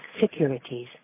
Securities